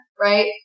right